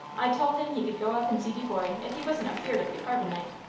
i tol' him he could go up and see de boy if he wasn't afeared of the carvin'-knife,